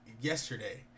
yesterday